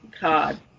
God